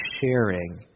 sharing